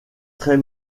très